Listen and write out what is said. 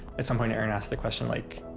at some point aaron asked the question, like